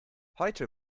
heute